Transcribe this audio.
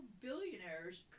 billionaires